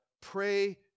pray